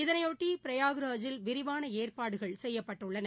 இதனையொட்டி ப்ரயாக்ராஜில் விரிவான ஏற்பாடுகள் செய்யப்பட்டுள்ளன